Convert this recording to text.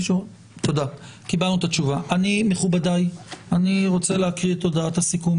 אני, מכובדיי, רוצה להקריא את הודעת הסיכום